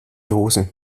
hose